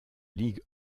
ligue